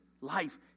life